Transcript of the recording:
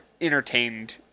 entertained